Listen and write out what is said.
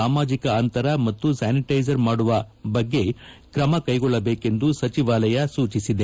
ಸಾಮಾಜಿಕ ಅಂತರ ಮತ್ತು ಸ್ಯಾನಿಟೈಸರ್ ಮಾಡುವ ಬಗ್ಗೆ ಕ್ರಮ ಕೈಗೊಳ್ಳಬೇಕೆಂದು ಸಚಿವಾಲಯ ಸೂಚಿಸಿದೆ